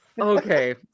Okay